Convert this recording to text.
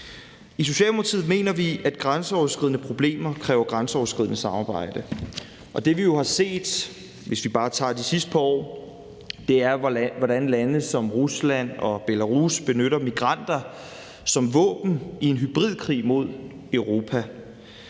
I Socialdemokratiet mener vi, at grænseoverskridende problemer kræver grænseoverskridende samarbejde. Det, vi jo har set, hvis vi bare tager de sidste par år, er, hvordan lande som Rusland og Belarus benytter migranter som våben i en hybridkrig mod Europa.